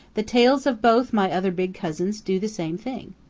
the tails of both my other big cousins do the same thing.